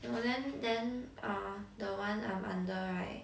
no then then uh the one I'm under right